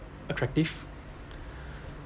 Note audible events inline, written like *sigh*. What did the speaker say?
attractive *breath*